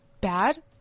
bad